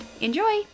Enjoy